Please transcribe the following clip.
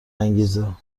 انگیزه